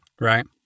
Right